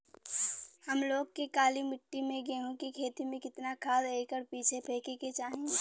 हम लोग के काली मिट्टी में गेहूँ के खेती में कितना खाद एकड़ पीछे फेके के चाही?